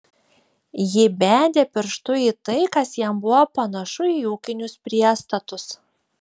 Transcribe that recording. ji bedė pirštu į tai kas jam buvo panašu į ūkinius priestatus